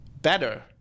better